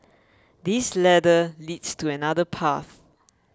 this ladder leads to another path